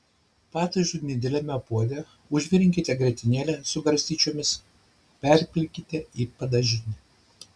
padažui nedideliame puode užvirinkite grietinėlę su garstyčiomis perpilkite į padažinę